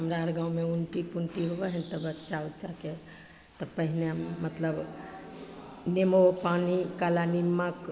हमरा आओर गाममे उल्टी पुल्टी होबै हइ तऽ बच्चा उच्चाके तब पहले मतलब नेमो पानी काला निम्मक